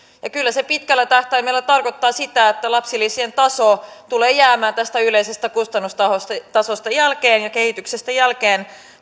kyllä se pitkällä tähtäimellä tarkoittaa sitä että lapsilisien taso tulee jäämään tästä yleisestä kustannustasosta ja kehityksestä jälkeen